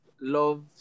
love